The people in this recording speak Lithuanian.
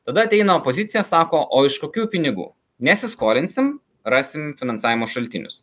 tada ateina opozicija sako o iš kokių pinigų nesiskolinsim rasim finansavimo šaltinius